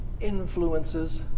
influences